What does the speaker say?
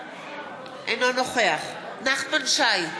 אינו נוכח נחמן שי,